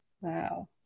Wow